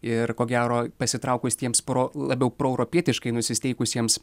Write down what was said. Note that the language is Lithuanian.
ir ko gero pasitraukus tiems pro labiau proeuropietiškai nusiteikusiems